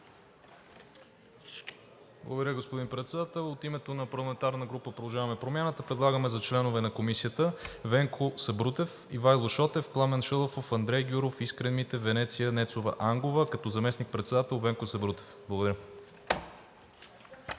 Благодаря, господин Председател. От името на парламентарната група на „Продължаваме Промяната“ предлагам за членове за Комисията: Венко Сабрутев, Ивайло Шотев, Пламен Шалъфов, Андрей Гюров, Искрен Митев, Венеция Нецова-Ангова, като за заместник-председател предлагам Венко Сабрутев. Благодаря.